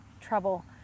trouble